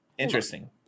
Interesting